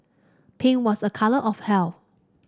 pink was a colour of health